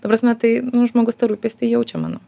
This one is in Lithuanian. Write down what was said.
ta prasme tai žmogus tą rūpestį jaučia manau